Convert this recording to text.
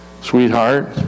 sweetheart